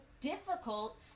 difficult